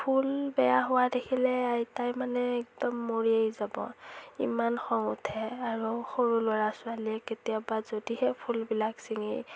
ফুল বেয়া হোৱা দেখিলে আইতাই মানে একদম মৰিয়েই যাব ইমান খং উঠে আৰু সৰু ল'ৰা ছোৱালীয়ে কেতিয়াবা যদিহে ফুলবিলাক চিঙি